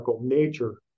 nature